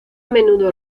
menudo